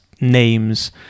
names